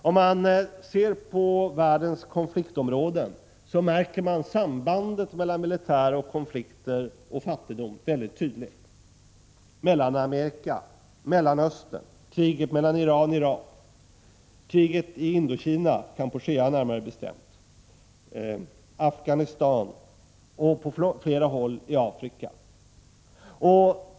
Om man ser på världens konfliktområden, så märker man mycket tydligt sambandet mellan militär, konflikter och fattigdom. Det gäller situationen i Mellanamerika och Mellanöstern, kriget mellan Iran och Irak, kriget i Indokina — Kampuchea närmare bestämt — och situationen i Afghanistan och på åtskilliga håll i Afrika.